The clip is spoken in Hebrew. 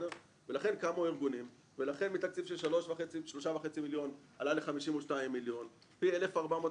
ולכן קמו הארגונים ולכן מתקציב של 3.5 מיליון עלה ל-52 מיליון פי 1400%,